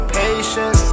patience